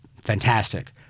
fantastic